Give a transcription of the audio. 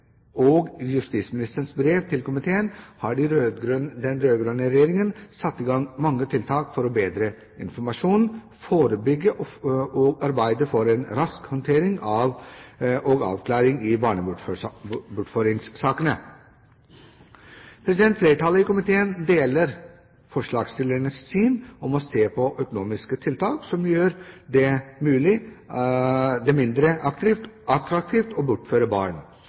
og justisministerens brev til komiteen, har den rød-grønne regjeringen satt i gang mange tiltak for å bedre informasjonen, forebygge og arbeide for en rask håndtering og avklaring i barnebortføringssakene. Flertallet i komiteen deler forslagsstillernes syn når det gjelder å se på økonomiske tiltak som gjør det mindre attraktivt å bortføre barn.